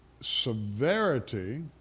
severity